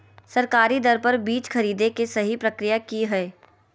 सरकारी दर पर बीज खरीदें के सही प्रक्रिया की हय?